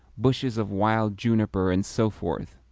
bushes of wild juniper, and so forth,